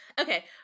Okay